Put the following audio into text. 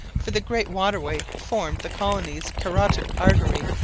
for the great waterway formed the colony's carotid artery,